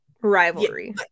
rivalry